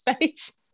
face